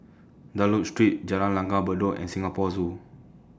Dunlop Street Jalan Langgar Bedok and Singapore Zoo